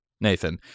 Nathan